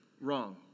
wrong